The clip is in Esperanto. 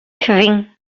kvin